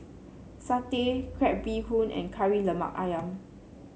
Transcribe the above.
satay Crab Bee Hoon and Kari Lemak ayam